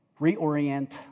Reorient